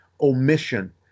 omission